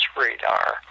radar